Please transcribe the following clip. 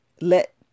Let